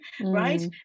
right